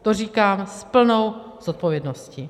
To říkám s plnou zodpovědností.